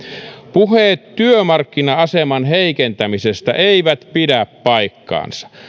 puheet työmarkkina aseman heikentämisestä eivät pidä paikkaansa